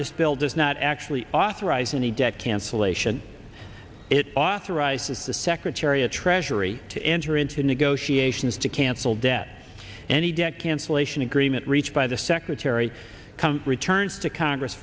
this bill does not actually authorize any debt cancellation it authorizes the secretary of treasury to enter into negotiations to cancel debt any debt cancellation agreement reached by the secretary returns to congress